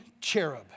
cherub